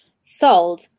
Sold